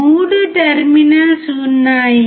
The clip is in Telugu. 3 టెర్మినల్స్ ఉన్నాయి